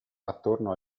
attorno